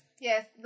Yes